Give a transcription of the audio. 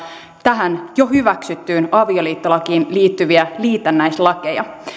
tähän jo hyväksyttyyn avioliittolakiin liittyviä liitännäislakeja